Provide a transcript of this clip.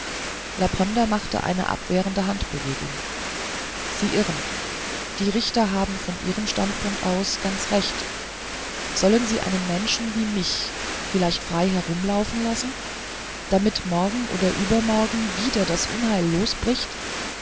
machte eine abwehrende handbewegung sie irren die richter haben von ihrem standpunkt aus ganz recht sollen sie einen menschen wie mich vielleicht frei umherlaufen lassen damit morgen oder übermorgen wieder das unheil losbricht